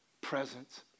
presence